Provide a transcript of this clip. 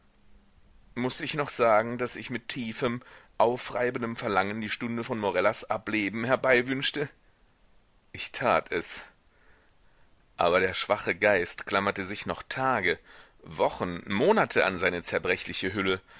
muß ich noch sagen daß ich mit tiefem aufreibendem verlangen die stunde von morellas ableben herbeiwünschte ich tat es aber der schwache geist klammerte sich noch tage wochen monate an seine zerbrechliche hülle